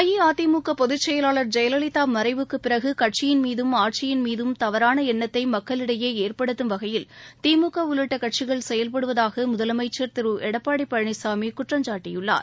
அஇஅதிமுகபொதுச்செயலாளர் ஜெயலவிதாமறைவுக்குபிறகு கட்சியின் மீதும் ஆட்சியின் மீதும் தவறானஎண்ணத்தைமக்களிடையேஏற்படுத்தும் வகையில் திமுகஉள்ளிட்டகட்சிகள் செயல்படுவதாகமுதலமைச்சர் திருஎடப்பாடிபழனிசாமிகுற்றம் சாட்டியுள்ளார்